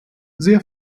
sehr